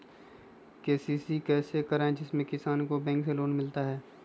KCC कैसे कराये जिसमे किसान को बैंक से लोन मिलता है?